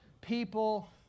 people